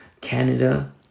Canada